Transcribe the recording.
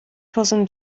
cousin